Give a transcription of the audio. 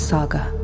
Saga